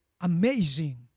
amazing